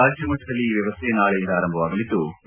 ರಾಜ್ಯಮಟ್ನದಲ್ಲಿ ಈ ವ್ಯವಸ್ಥೆ ನಾಳೆಯಿಂದ ಆರಂಭವಾಗಲಿದ್ಲು